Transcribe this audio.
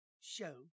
show